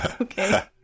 Okay